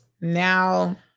now